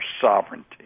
sovereignty